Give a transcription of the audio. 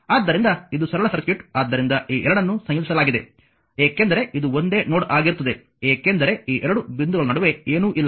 ಆದ್ದರಿಂದ ಇದು ಸರಳ ಸರ್ಕ್ಯೂಟ್ ಆದ್ದರಿಂದ ಈ ಎರಡನ್ನೂ ಸಂಯೋಜಿಸಲಾಗಿದೆ ಏಕೆಂದರೆ ಇದು ಒಂದೇ ನೋಡ್ ಆಗಿರುತ್ತದೆ ಏಕೆಂದರೆ ಈ ಎರಡು ಬಿಂದುಗಳ ನಡುವೆ ಏನೂ ಇಲ್ಲ